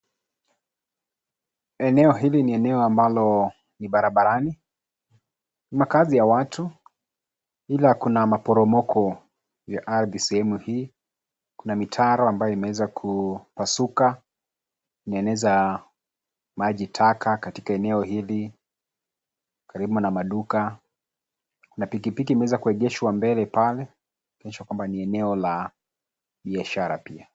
Eneo hili ni eneo ambalo ni barabarani. Makazi ya watu. Ila kuna maporomoko ya ardhi. Sehemu hii kuna mitaro ambayo imeweza kupasuka kueneza majitaka katika eneo hili karibu na maduka na pikipiki imeweza kuegeshwa mbele pale, kuonyesha kwamba ni eneo la biashara pia.